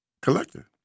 Collector